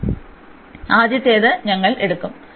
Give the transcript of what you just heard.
അതിനാൽ ആദ്യത്തേത് ഞങ്ങൾ എടുക്കും